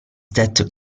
that